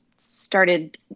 started